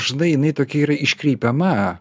štai jinai tokia yra iškreipiama